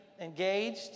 engaged